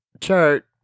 chart